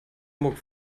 hamburg